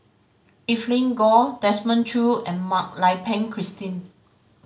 Evelyn Goh Desmond Choo and Mak Lai Peng Christine